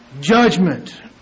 judgment